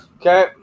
Okay